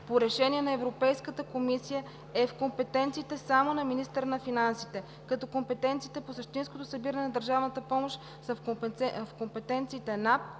по решение на Европейската комисия е в компетенциите само на министъра на финансите, като компетенциите по същинското събиране на държавната помощ са в компетенциите на